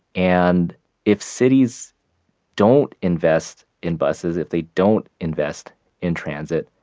and if cities don't invest in buses, if they don't invest in transit,